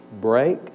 break